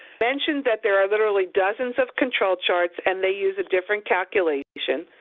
mentioned that there are literally dozens of control charts, and they use a different calculation.